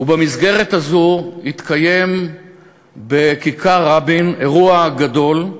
ובמסגרת הזאת התקיים בכיכר רבין אירוע גדול,